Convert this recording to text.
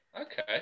Okay